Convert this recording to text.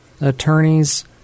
Attorneys